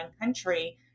country